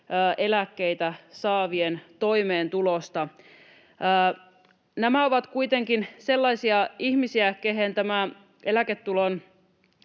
eläkkeitä saavien toimeentulosta. Nämä ovat kuitenkin sellaisia ihmisiä, joihin tämä eläketulon